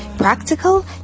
practical